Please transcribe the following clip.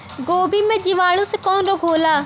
गोभी में जीवाणु से कवन रोग होला?